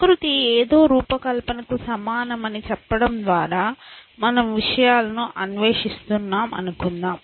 ప్రకృతి ఏదో రూపకల్పనకు సమానం అని చెప్పడం ద్వారా మనం విషయాలను అన్వేషిస్తున్నాం అనుకుందాం